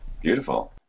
Beautiful